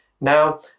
Now